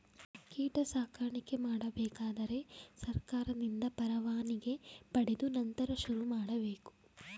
ಕೀಟ ಸಾಕಾಣಿಕೆ ಮಾಡಬೇಕಾದರೆ ಸರ್ಕಾರದಿಂದ ಪರವಾನಿಗೆ ಪಡೆದು ನಂತರ ಶುರುಮಾಡಬೇಕು